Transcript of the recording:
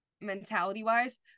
mentality-wise